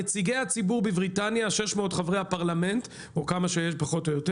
נציגי הציבור בבריטניה 600 חברי הפרלמנט או כמה שיש פחות או יותר